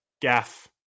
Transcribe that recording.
Gaff